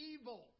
evil